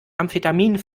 amphetaminen